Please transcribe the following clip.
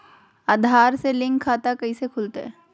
आधार से लिंक खाता कैसे खुलते?